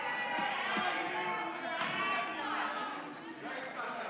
לוועדה את הצעת חוק רשות מקרקעי ישראל (תיקון,